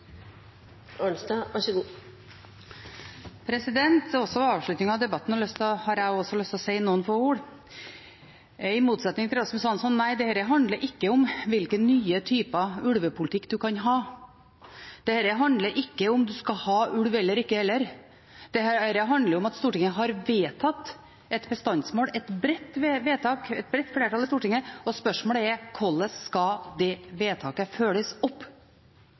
også ved avslutningen av debatten lyst til å si noen få ord. I motsetning til representanten Rasmus Hansson, vil jeg si nei, dette handler ikke om hvilken ny type ulvepolitikk man kan ha. Dette handler heller ikke om man skal ha ulv eller ikke. Dette handler om at Stortinget ved et bredt flertall har vedtatt et bestandsmål, gjort et vedtak, og spørsmålet er hvordan det vedtaket skal følges opp.